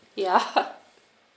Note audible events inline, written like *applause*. yeah *laughs*